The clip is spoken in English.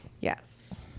Yes